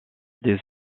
des